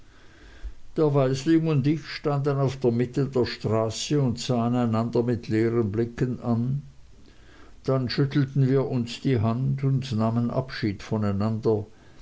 der waisling und ich standen in der mitte der straße und sahen einander mit leeren blicken an dann schüttelten wir uns die hand und nahmen abschied von